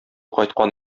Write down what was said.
кайткан